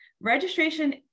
Registration